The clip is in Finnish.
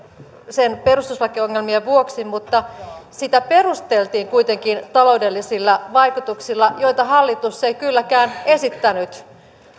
sen perustuslakiongelmien vuoksi mutta sitä perusteltiin kuitenkin taloudellisilla vaikutuksilla joita hallitus ei kylläkään esittänyt